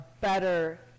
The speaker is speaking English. better